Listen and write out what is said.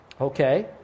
Okay